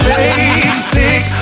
basic